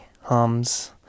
Hums